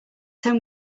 home